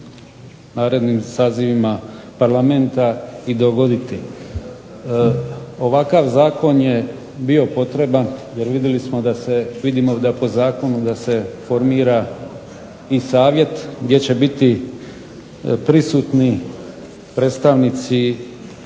narednim sazivima parlamenta i dogoditi. Ovakav Zakon je bio potreban jer vidimo po zakonu da se formira i savjet gdje će biti prisutni predstavnici